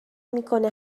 میکنه